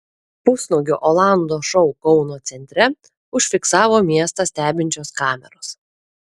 pusnuogio olando šou kauno centre užfiksavo miestą stebinčios kameros